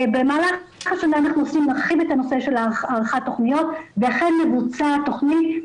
במהלך השנה אנחנו נרחיב את הנושא של הערכת התכניות ואכן מבוצעת תכנית,